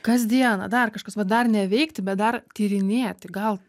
kasdieną dar kažkas va dar neveikti bet dar tyrinėti gal